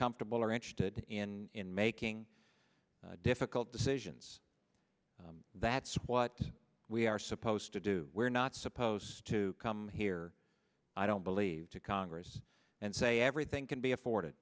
comfortable or interested in making difficult decisions that's what we are supposed to do we're not supposed to come here i don't believe to congress and say everything can be afforded